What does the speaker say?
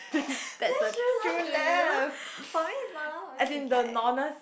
that's real life to you for me it's my life for me it's like